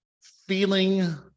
feeling